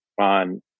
on